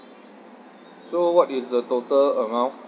so what is the total amount